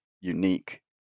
unique